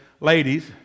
ladies